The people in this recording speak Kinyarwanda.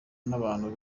n’abantu